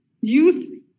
youth